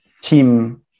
team